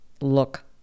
look